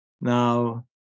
Now